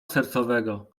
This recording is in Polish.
sercowego